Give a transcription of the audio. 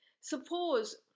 Suppose